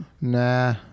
Nah